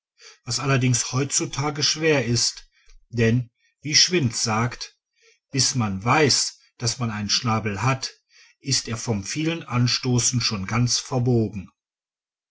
was allerdings heutzutage schwer ist denn wie schwind sagt bis man weiß daß man einen schnabel hat ist er vom vielen anstoßen schon ganz verbogen